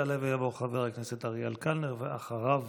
יעלה ויבוא חבר הכנסת אריאל קלנר, ואחריו,